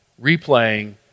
replaying